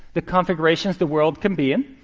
the configurations the world can be in.